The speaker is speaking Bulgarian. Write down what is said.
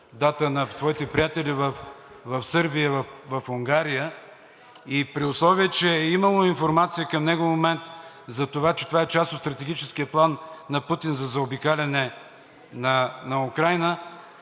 дата на своите приятели в Сърбия и в Унгария, и при условие че е имало информация към него момент за това, че това е част от Стратегическия план на Путин за заобикаляне на Украйна,